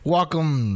Welcome